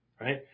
right